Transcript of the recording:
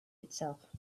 itself